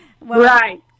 Right